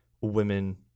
women